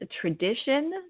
tradition